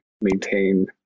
maintain